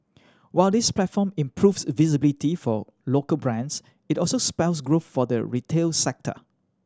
while this platform improves visibility for local brands it also spells growth for the retail sector